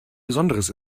besonderes